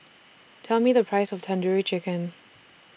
Tell Me The Price of Tandoori Chicken